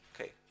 Okay